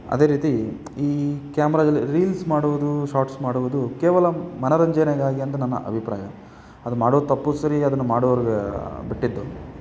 ಅದೇ ರೀತಿ ಈ ಕ್ಯಾಮ್ರಾದಲ್ಲಿ ರೀಲ್ಸ್ ಮಾಡುವುದು ಶಾರ್ಟ್ಸ್ ಮಾಡುವುದು ಕೇವಲ ಮನರಂಜನೆಗಾಗಿ ಅಂತ ನನ್ನ ಅಭಿಪ್ರಾಯ ಅದು ಮಾಡೋದು ತಪ್ಪು ಸರಿ ಅದನ್ನು ಮಾಡೋರಿಗೆ ಬಿಟ್ಟಿದ್ದು